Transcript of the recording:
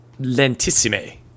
lentissime